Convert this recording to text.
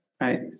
right